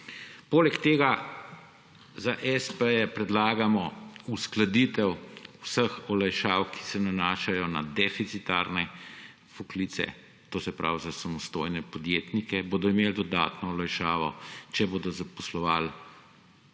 Poleg tega za espeje predlagamo uskladitev vseh olajšav, ki se nanašajo na deficitarne poklice, to se pravi, za samostojne podjetnike, ki bodo imeli dodatno olajšavo, če bodo zaposlovali